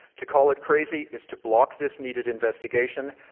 to call it crazy is to block this needed investigation,